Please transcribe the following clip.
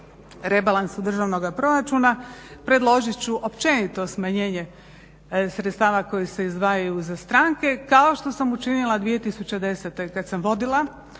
rebalansu državnog proračuna, predložit ću općenito smanjenje sredstava koja se izdvajaju za stranke kao što sam učinila 2010.kada sam vodila